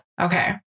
Okay